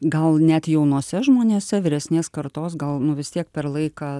gal net jaunuose žmonėse vyresnės kartos gal nu vis tiek per laiką